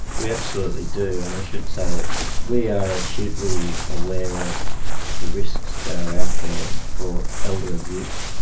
we absolutely do, and i should say that we are acutely aware of the risks that are out there for elder abuse,